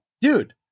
dude